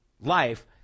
life